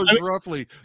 roughly